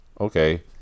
okay